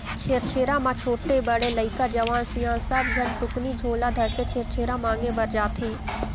छेरछेरा म छोटे, बड़े लइका, जवान, सियान सब झन टुकनी झोला धरके छेरछेरा मांगे बर जाथें